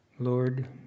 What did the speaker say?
lord